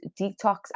detox